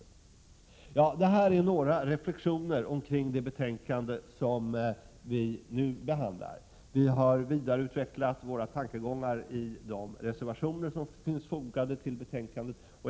Vad jag här har gett uttryck för är några reflexioner kring det betänkande som vi nu behandlar. Vi har vidareutvecklat våra tankegångar i de centerreservationer som finns fogade till betänkandet.